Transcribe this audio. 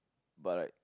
but like